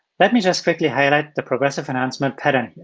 let me just quickly highlight the progressive enhancement pattern.